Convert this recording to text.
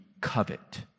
covet